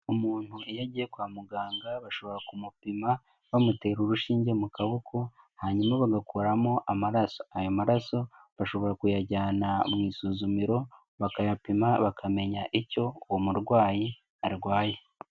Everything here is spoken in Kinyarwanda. Umuntu iyo agiye kwa muganga bashobora kumupima bamutera urushinge mu kaboko hanyuma bagakuramo amaraso. Ayo maraso bashobora kuyajyana mu isuzumiro bakayapima, bakamenya icyo uwo murwayi arwaye.